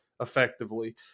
effectively